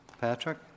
Patrick